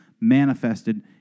manifested